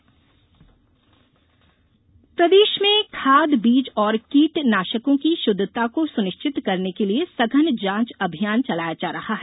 कुषि अभियान प्रदेश में खाद बीज और कीटनाशी की शुद्धता को सुनिश्चित करने के लिये सघन जांच अभियान चलाया जा रहा है